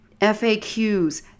FAQs